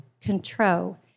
control